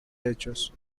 hechos